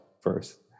first